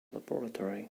laboratory